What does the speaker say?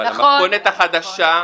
אבל המתכונת החדשה,